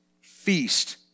feast